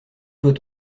doit